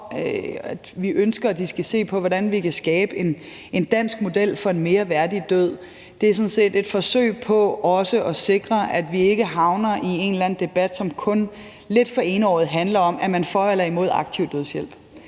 Vi ønsker, at de skal se på, hvordan vi kan skabe en dansk model for en mere værdig død. Det er sådan set et forsøg på også at sikre, at vi ikke havner i en eller anden debat, som lidt for enøjet handler om, om man er for eller imod aktiv dødshjælp,